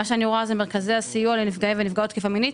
אני רואה כאן שזה מיועד למרכזי הסיוע לנפגעי ונפגעות תקיפה מינית.